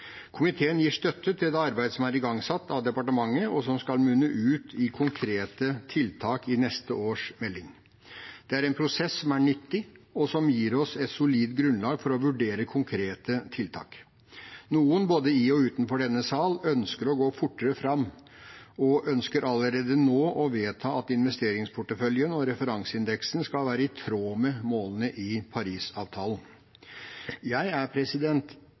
Komiteen gir støtte til det arbeidet som er igangsatt av departementet, og som skal munne ut i konkrete tiltak i neste års melding. Det er en prosess som er nyttig, og som gir oss et solid grunnlag for å vurdere konkrete tiltak. Noen, både i og utenfor denne sal, ønsker å gå fortere fram og ønsker allerede nå å vedta at investeringsporteføljen og referanseindeksen skal være i tråd med målene i Parisavtalen. Jeg er